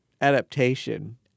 adaptation